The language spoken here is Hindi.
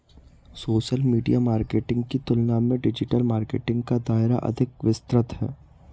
सोशल मीडिया मार्केटिंग की तुलना में डिजिटल मार्केटिंग का दायरा अधिक विस्तृत है